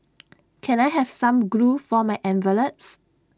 can I have some glue for my envelopes